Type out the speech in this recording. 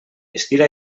estira